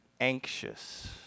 anxious